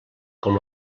com